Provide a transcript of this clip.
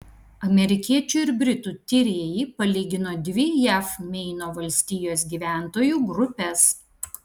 amerikiečių ir britų tyrėjai palygino dvi jav meino valstijos gyventojų grupes